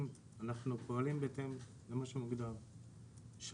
גלים מילימטריים זה מדיניות חדשה שהמשרד כבר מפיץ והיא רצה.